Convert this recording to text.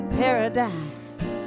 paradise